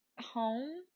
home